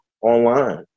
online